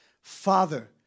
Father